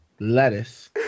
lettuce